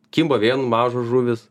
kimba vien mažos žuvys